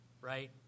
right